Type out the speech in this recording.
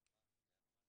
החינוך אמר.